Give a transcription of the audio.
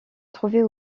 trouver